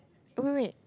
oh wait wait